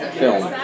film